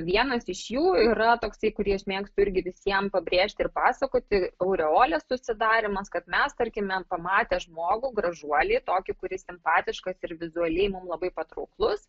vienas iš jų yra toksai kurį aš mėgstu irgi visiem pabrėžti ir pasakoti aureolės susidarymas kad mes tarkime pamatę žmogų gražuolį tokį kuris simpatiškas ir vizualiai mum labai patrauklus